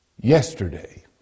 Yesterday